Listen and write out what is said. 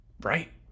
Right